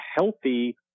healthy